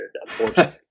unfortunately